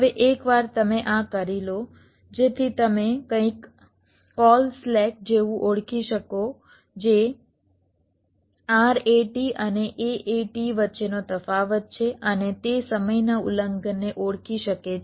હવે એકવાર તમે આ કરી લો જેથી તમે કંઈક કોલ સ્લેક જેવું ઓળખી શકો જે RAT અને AAT વચ્ચેનો તફાવત છે અને તે સમયના ઉલ્લંઘનને ઓળખી શકે છે